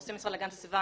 עושה המשרד להגנת הסביבה,